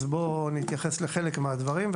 אז בוא נתייחס לחלק מהדברים,